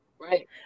right